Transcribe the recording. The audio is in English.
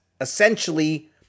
essentially